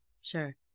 sure